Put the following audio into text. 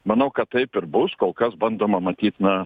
manau kad taip ir bus kol kas bandoma matyt na